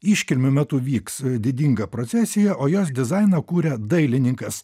iškilmių metu vyks didinga procesija o jos dizainą kuria dailininkas